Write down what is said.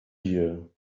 dir